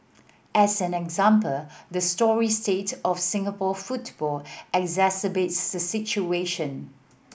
as an example the story state of Singapore football exacerbates the situation